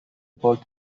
پاک